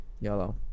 Yellow